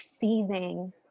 seething